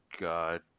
God